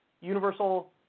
universal